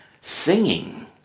Singing